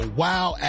wow